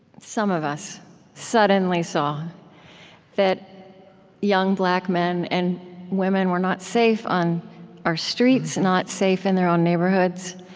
some of us suddenly saw that young black men and women were not safe on our streets, not safe in their own neighborhoods.